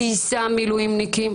גייסה מילואימניקים.